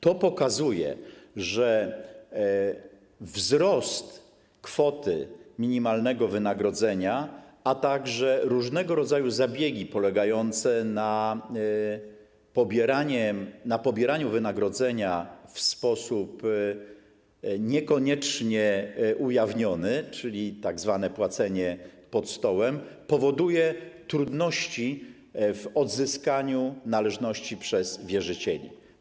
To pokazuje, że wzrost kwoty minimalnego wynagrodzenia, a także różnego rodzaju zabiegi polegające na pobieraniu wynagrodzenia w sposób niekoniecznie ujawniony, czyli tzw. płacenie pod stołem, powoduje trudności w odzyskaniu należności przez wierzycieli.